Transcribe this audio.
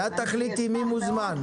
את תחליטי מי מוזמן.